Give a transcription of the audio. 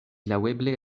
laŭeble